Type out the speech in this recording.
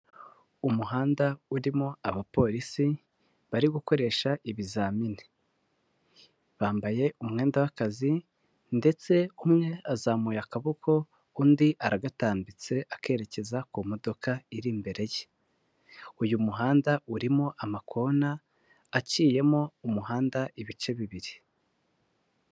Umuhanda urimo abapolisi bari gukoresha ibizamini bambaye umwenda w'akazi ndetse umwe azamuye akaboko undi aragatambitse akerekeza ku modoka iri imbere ye, uyu muhanda urimo amakona aciyemo umuhanda ibice bibiri.